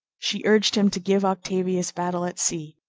she urged him to give octavius battle at sea.